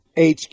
HQ